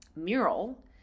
Mural